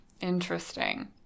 Interesting